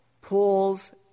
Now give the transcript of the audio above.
pools